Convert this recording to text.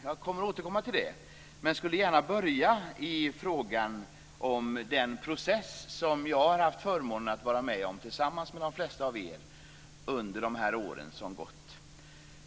Jag ska återkomma till detta men skulle gärna vilja börja med den process som jag har haft förmånen att delta i tillsammans med de flesta av de närvarande under de år som gått.